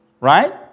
Right